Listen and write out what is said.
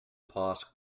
pass